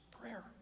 prayer